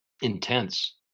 intense